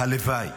הלוואי